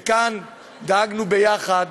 וכאן דאגנו ביחד